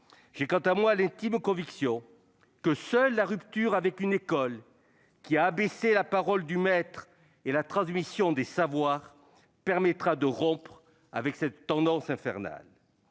J'ai quant à moi l'intime conviction que seule la rupture avec une école qui a abaissé la parole du maître et la transmission des savoirs permettra de rompre avec cette tendance infernale.